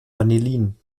vanillin